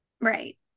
Right